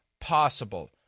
possible